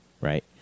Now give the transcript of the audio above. Right